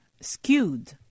skewed